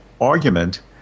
argument